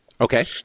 Okay